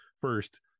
first